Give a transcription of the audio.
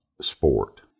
sport